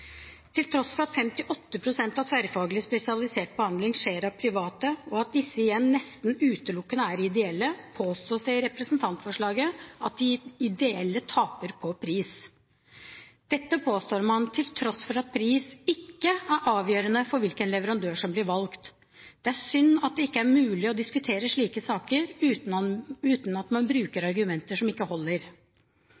Til tross for at 58 pst. av tverrfaglig spesialisert behandling skjer av private, og at disse igjen nesten utelukkende er ideelle, påstås det i representantforslaget at de ideelle taper på pris. Dette påstår man til tross for at pris ikke er avgjørende for hvilken leverandør som blir valgt. Det er synd at det ikke er mulig å diskutere slike saker uten at man bruker